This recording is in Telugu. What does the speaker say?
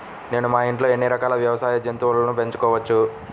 నేను మా ఇంట్లో ఎన్ని రకాల వ్యవసాయ జంతువులను పెంచుకోవచ్చు?